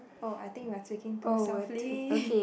oh I think my speaking too softly